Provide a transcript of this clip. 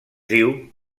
diu